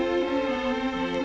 to